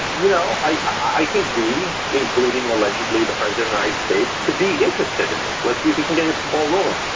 you know, i think we, including allegedly the president lied. states could be interested in this. let's see if we can get the ball rolling.